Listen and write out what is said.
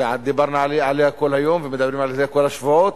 שדיברנו עליו כל היום, ומדברים על זה כל השבועות.